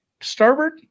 starboard